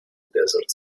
desert